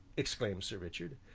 exclaimed sir richard.